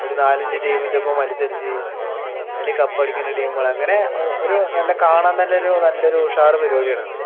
ഒരു നാലഞ്ച് ടീമിന്റെ ഒപ്പം മത്സരിച്ച് അതിൽ കപ്പ് അടിക്കുന്ന ടീമുകൾ അങ്ങനെ ഒരു നല്ല കാണാൻ തന്നെ നല്ലൊരു ഉഷാറ് പരിപാടിയാണത്